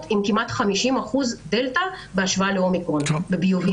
עם כמעט 50% דלתא בהשוואה לאומיקרון בביובים.